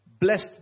blessed